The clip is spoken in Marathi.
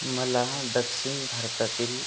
मला दक्षिण भारतातील